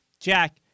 Jack